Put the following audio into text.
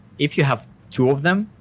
if you have two of them,